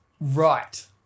Right